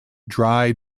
dry